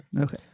Okay